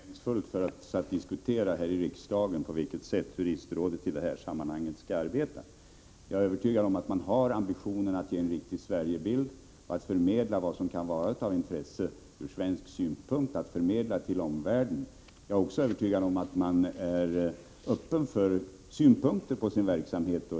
Herr talman! Kort: Jag tror inte att det är meningsfullt att vi här i riksdagen diskuterar på vilket sätt turistrådet i detta sammanhang skall arbeta. Jag är övertygad om att turistrådet har ambitionen att ge en riktig Sverigebild och att förmedla vad som ur svensk synvinkel kan vara av intresse att förmedla till omvärlden. Jag är också övertygad om att turistrådet är öppet för synpunkter på sin verksamhet.